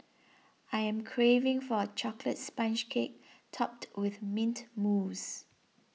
I am craving for a Chocolate Sponge Cake Topped with Mint Mousse